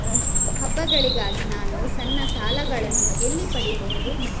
ಹಬ್ಬಗಳಿಗಾಗಿ ನಾನು ಸಣ್ಣ ಸಾಲಗಳನ್ನು ಎಲ್ಲಿ ಪಡಿಬಹುದು?